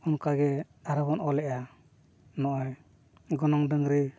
ᱚᱱᱠᱟ ᱜᱮ ᱟᱨᱦᱚᱸ ᱵᱚᱱ ᱚᱞᱮᱜᱼᱟ ᱱᱚᱜ ᱚᱭ ᱜᱚᱱᱚᱝ ᱰᱟᱹᱝᱨᱤ